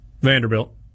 Vanderbilt